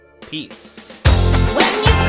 Peace